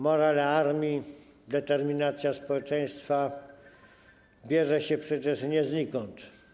Morale armii, determinacja społeczeństwa nie bierze się przecież znikąd.